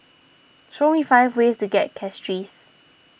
show me five ways to get Castries